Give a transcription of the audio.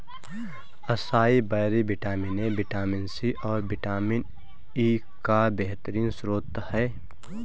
acai berry vitamin A, vitamin C, और vitamin E का बेहतरीन स्त्रोत है